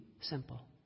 simple